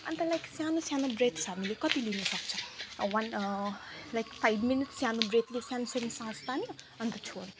अन्त लाइक सानो सानो ब्रेथ्स हामीले कति लिनुसक्छ वान लाइक फाइभ मिनट्स सानो ब्रेथ लियो सानो नोनो सास तान्यो अन्त छोडो